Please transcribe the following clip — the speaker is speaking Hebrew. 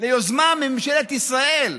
ליוזמה מממשלת ישראל,